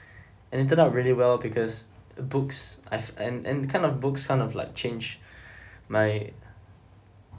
and it turned out really well because books I've and and kind of books kind of like change my